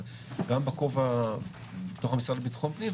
אבל גם בכובע שבתוך המשרד לביטחון הפנים,